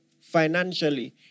financially